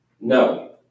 No